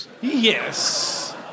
yes